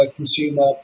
consumer